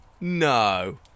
no